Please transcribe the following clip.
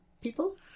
people